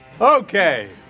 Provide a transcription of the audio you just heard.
Okay